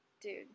Dude